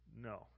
No